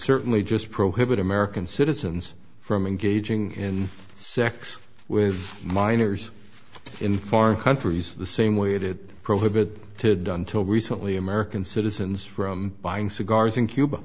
certainly just prohibit american citizens from engaging in sex with minors in foreign countries the same way that it prohibit to done till recently american citizens from buying cigars in cuba